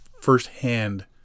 firsthand